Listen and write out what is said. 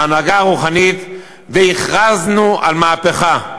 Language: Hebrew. ההנהגה הרוחנית, והכרזנו על מהפכה.